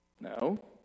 No